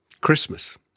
Christmas